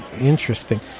Interesting